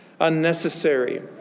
Unnecessary